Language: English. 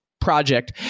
project